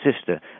sister